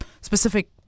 specific